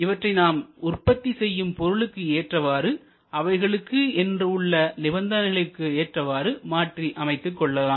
இவற்றை நாம் உற்பத்தி செய்யும் பொருளுக்கு ஏற்றவாறு அவைகளுக்கு என்று உள்ள நிபந்தனைகளுக்கு ஏற்றவாறு மாற்றி அமைத்துக் கொள்ளலாம்